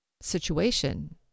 situation